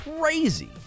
crazy